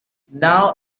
now